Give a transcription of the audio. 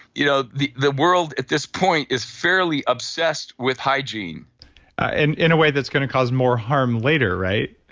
you know the the world at this point is fairly obsessed with hygiene and in a way, that's going to cause more harm later, right?